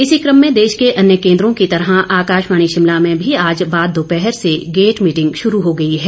इसी क्रम में देश के अन्य केन्द्रों की तरह आकाशवाणी शिमला में भी आज बाद दोपहर से गेट मीटिंग शुरू हो गई है